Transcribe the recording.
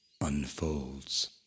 unfolds